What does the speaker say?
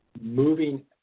moving